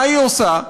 מה היא עושה?